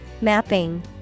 Mapping